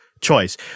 choice